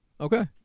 Okay